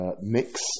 mix